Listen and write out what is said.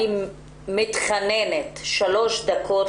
אני מתחננת, שלוש דקות.